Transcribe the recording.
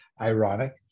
ironic